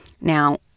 Now